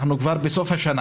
אנחנו כבר בסוף השנה